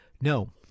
no